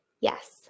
yes